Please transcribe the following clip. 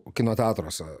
kino teatruose